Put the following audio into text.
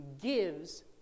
gives